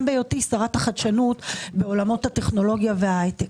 בהיותי שרת החדשנות בעולמות הטכנולוגיה וההייטק.